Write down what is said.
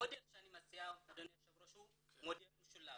המודל שאני מציע אדוני היושב ראש הוא מודל משולב,